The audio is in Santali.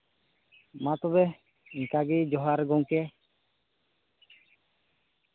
ᱢᱟ ᱛᱚᱵᱮ ᱤᱱᱠᱟᱹ ᱜᱮ ᱡᱚᱦᱟᱨ ᱜᱚᱝᱠᱮ